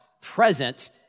present